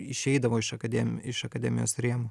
išeidavo iš akadem iš akademijos rėmų